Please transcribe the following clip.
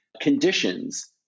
conditions